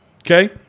Okay